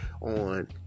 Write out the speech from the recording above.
on